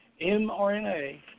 mRNA